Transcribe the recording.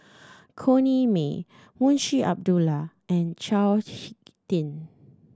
Corrinne May Munshi Abdullah and Chao Hick Tin